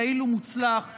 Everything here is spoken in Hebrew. יעיל ומוצלח,